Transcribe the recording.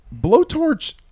Blowtorch